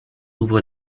ouvre